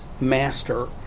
master